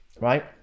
right